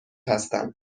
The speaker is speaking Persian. هستند